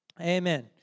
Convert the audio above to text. Amen